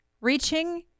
reaching